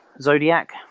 Zodiac